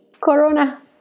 Corona